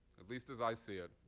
at least as i see it,